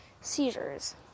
Seizures